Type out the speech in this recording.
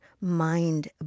mind